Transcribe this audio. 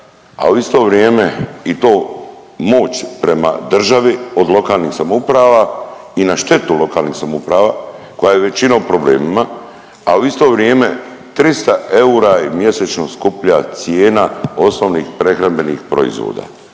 a u isto vrijeme i to moć prema državi od lokalnih samouprava i na štetu lokalnih samouprava koja je većinom u problemima, a u isto vrijeme 300 eura je mjesečno skuplja cijena osnovnih prehrambenih proizvoda